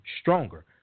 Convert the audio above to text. stronger